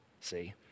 see